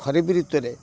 ଖରିପ୍ ଋତୁରେ